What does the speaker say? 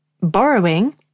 borrowing